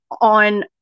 on